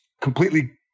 completely